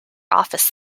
office